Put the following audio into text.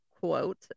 quote